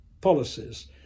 policies